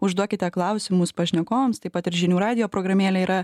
užduokite klausimus pašnekovams taip pat ir žinių radijo programėlė yra